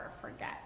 forget